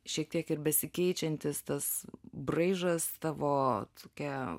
šiek tiek ir besikeičiantis tas braižas tavo tokia